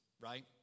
right